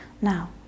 Now